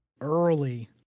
early